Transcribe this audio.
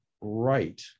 right